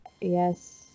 yes